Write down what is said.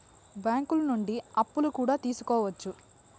బ్యాంకులు నుండి అప్పులు కూడా తీసుకోవచ్చు